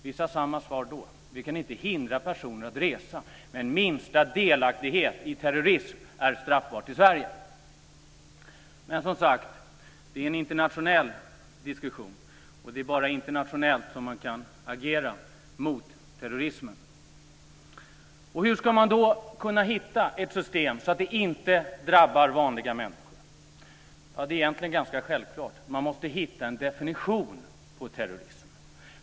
Vi sade samma sak då: Vi kan inte hindra personer från att resa, men minsta delaktighet i terrorism är straffbart i Sverige. Det är, som sagt var, en internationell diskussion, och det är bara internationellt som man kan agera mot terrorismen. Hur ska man då kunna hitta ett system så att det inte drabbar vanliga människor? Ja, det är egentligen ganska självklart. Man måste hitta en definition på terrorism.